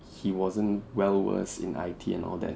he wasn't well versed in I_T and all that